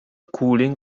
cooling